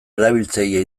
erabiltzaile